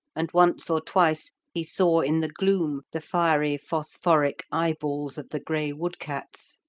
and once or twice he saw in the gloom the fiery phosphoric eye-balls of the grey wood-cats.